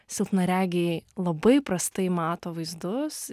silpnaregiai labai prastai mato vaizdus